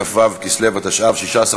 כ"ו בכסלו התשע"ו,